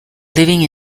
living